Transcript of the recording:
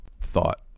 thought